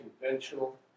conventional